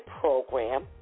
program